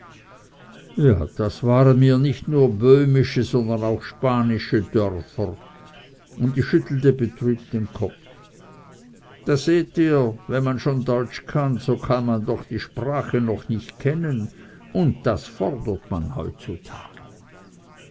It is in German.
ja das waren mir nicht nur böhmische sondern auch spanische dörfer und ich schüttelte betrübt den kopf da seht ihr wenn man schon deutsch kann so kann man doch die sprache noch nicht kennen und das fordert man heutzutage